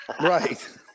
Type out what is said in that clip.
right